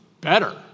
better